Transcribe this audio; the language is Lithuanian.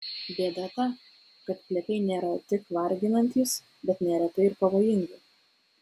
bėda ta kad plepiai nėra tik varginantys bet neretai ir pavojingi